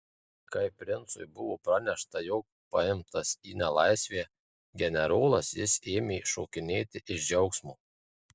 kai princui buvo pranešta jog paimtas į nelaisvę generolas jis ėmė šokinėti iš džiaugsmo